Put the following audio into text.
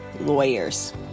lawyers